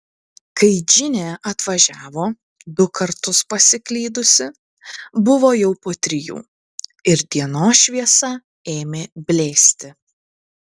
kai džinė atvažiavo du kartus pasiklydusi buvo jau po trijų ir dienos šviesa ėmė blėsti